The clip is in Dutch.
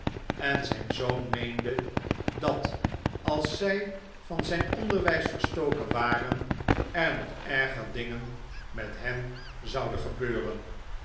en zijn zoon meende dat als zij van zijn onderwijs verstoken waren er nog erger dingen met hen zouden gebeuren